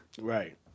Right